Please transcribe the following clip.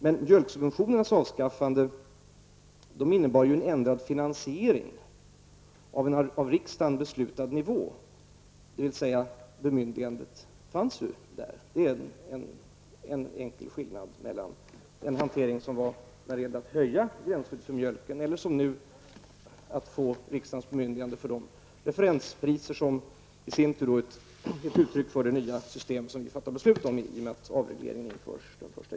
Men mjölksubventionernas avskaffande innebar ju en annan finansiering av en av riksdagen beslutad nivå, vilket betyder att det fanns ett bemyndigande. Det är en enkel skillnad mellan hanteringen när det gällde att höja gränsskyddet för mjölken och att som nu få riksdagens bemyndigande för de referenspriser som i sin tur är ett uttryck för det nya system som vi fattar beslut om, innebärande att avregleringen införs den 1 juli.